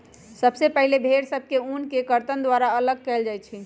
सबसे पहिले भेड़ सभ से ऊन के कर्तन द्वारा अल्लग कएल जाइ छइ